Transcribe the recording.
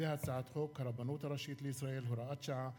הצעת חוק הרבנות הראשית לישראל (הוראת שעה)